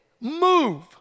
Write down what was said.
move